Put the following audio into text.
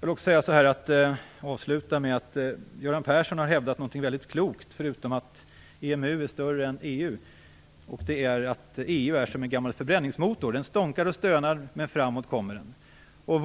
om detta. Jag vill avsluta med att säga följande. Göran Persson har hävdat något väldigt klokt, förutom att EMU är större än EU. Han har sagt att EU är som en gammal förbränningsmotor. Den stånkar och stönar, men man kommer framåt.